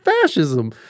fascism